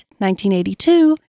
1982